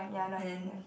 and then